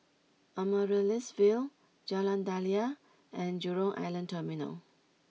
Amaryllis Ville Jalan Daliah and Jurong Island Terminal